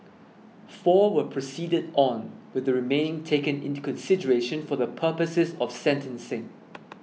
four were proceeded on with the remaining taken into consideration for the purposes of sentencing